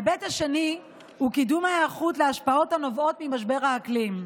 ההיבט השני הוא קידום ההיערכות להשפעות הנובעות ממשבר האקלים.